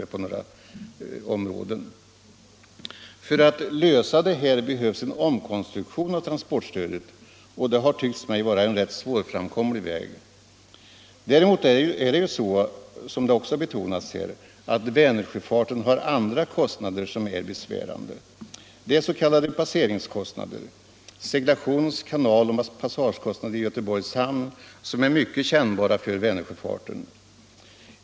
För att man skall kunna lösa detta problem behövs en omkonstruktion av transportstödet, och det har tyckts mig vara en rätt svårframkomlig väg. Däremot har Vänersjöfarten — som betonats här — andra kostnader som är besvärande. Det är s.k. passeringskostnader — seglationsoch kanalavgifter samt passagekostnader i Göteborgs hamn — som är mycket kännbara för Vänersjöfarten.